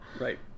Right